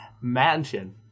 mansion